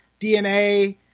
DNA